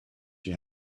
she